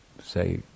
say